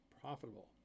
profitable